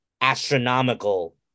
astronomical